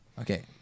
Okay